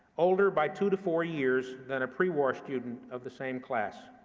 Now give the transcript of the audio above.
older by two to four years than a pre-war student of the same class.